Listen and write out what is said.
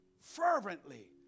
fervently